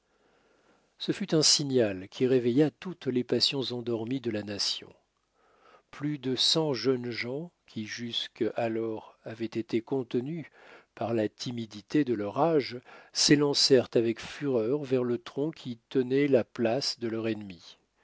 ce fut un signal qui réveilla toutes les passions endormies de la nation plus de cent jeunes gens qui jusque alors avaient été contenus par la timidité de leur âge s'élancèrent avec fureur vers le tronc qui tenait la place de leur ennemi